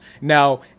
now